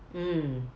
mm